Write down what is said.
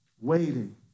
waiting